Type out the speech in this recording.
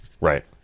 Right